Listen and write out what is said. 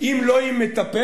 אם לא עם מטפלת,